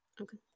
Okay